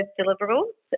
deliverables